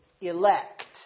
Elect